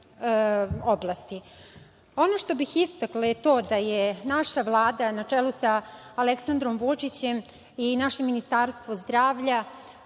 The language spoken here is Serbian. oblasti. Ono što bih istakla je to da je naša Vlada na čelu sa Aleksandrom Vučićem i naše Ministarstvo zdravlja